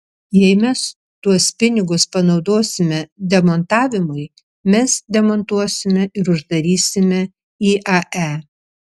jei mes tuos pinigus panaudosime demontavimui mes demontuosime ir uždarysime iae